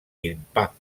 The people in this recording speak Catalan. grimpar